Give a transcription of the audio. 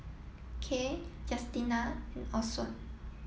Kiel Justina and Orson